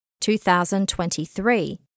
2023